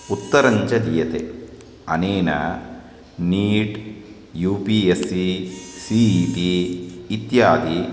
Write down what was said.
उत्तरञ्च दीयते अनेन NEET U P S E C E T इत्यादयः